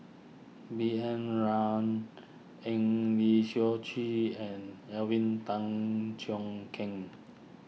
B N Rao Eng Lee Seok Chee and Alvin Tan Cheong Kheng